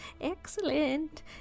excellent